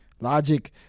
Logic